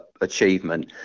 achievement